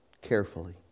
carefully